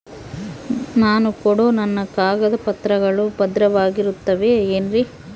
ನಾನು ಕೊಡೋ ನನ್ನ ಕಾಗದ ಪತ್ರಗಳು ಭದ್ರವಾಗಿರುತ್ತವೆ ಏನ್ರಿ?